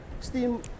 steam